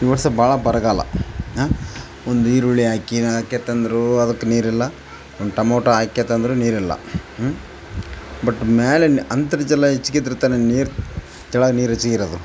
ಈ ವರ್ಷ ಭಾಳ ಬರಗಾಲ ಹಾಂ ಒಂದು ಈರುಳ್ಳಿ ಹಾಕೀನ ಹಾಕೇತಂದ್ರು ಅದಕ್ಕೆ ನೀರಿಲ್ಲ ಒಂದು ಟಮೊಟೊ ಹಾಕೇತಂದರು ನೀರಿಲ್ಲ ಹ್ಞೂ ಬಟ್ ಮೇಲೆ ಅಂತರ್ಜಲ ಹೆಚ್ಚಿಗಿದ್ರೆ ತಾನೇ ನೀರು ಕೆಳಗ್ ನೀರು ಹೆಚ್ಚಿಗಿರೋದು